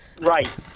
right